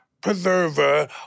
preserver